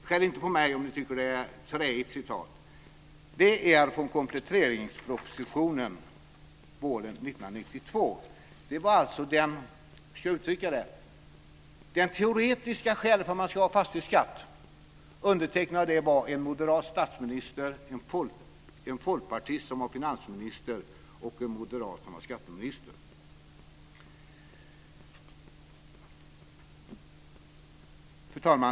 Skäll inte på mig om ni tycker att citatet är träigt. Det är taget från kompletteringspropositionen våren 1992. Det var alltså det teoretiska skälet till att man skulle ha fastighetsskatt. Undertecknarna var en moderat statsminister, en folkpartistisk finansminister och en moderat skatteminister.